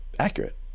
accurate